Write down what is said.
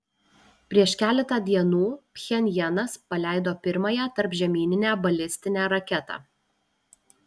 prieš keletą dienų pchenjanas paleido pirmąją tarpžemyninę balistinę raketą